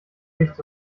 wicht